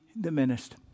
diminished